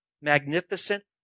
magnificent